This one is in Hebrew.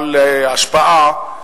בעל השפעה,